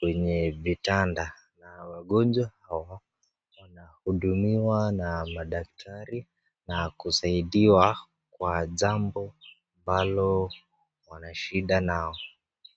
kwenye vitanda na wagonjwa hao wanahudumiwa na madaktari na kusaidiwa kwa jambo ambalo wana shida nao.